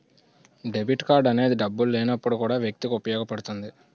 debit card అనేది డబ్బులు లేనప్పుడు కూడా వ్యక్తికి ఉపయోగపడుతుంది